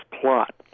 plot